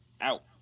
out